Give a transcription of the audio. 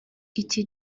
iki